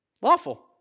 Lawful